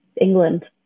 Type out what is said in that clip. England